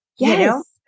Yes